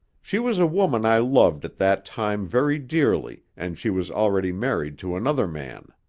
she was a woman i loved at that time very dearly and she was already married to another man.